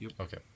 Okay